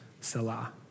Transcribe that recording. Salah